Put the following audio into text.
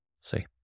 See